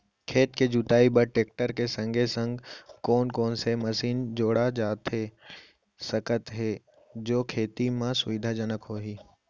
खेत के जुताई बर टेकटर के संगे संग कोन कोन से मशीन जोड़ा जाथे सकत हे जो खेती म सुविधाजनक होही?